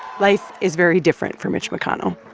life is very different for mitch mcconnell.